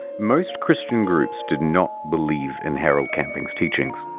most christian groups did not believe in harold camping's teachings.